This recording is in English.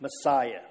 Messiah